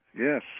Yes